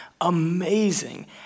Amazing